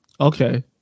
Okay